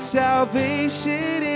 salvation